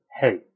hey